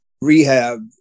rehab